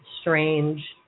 strange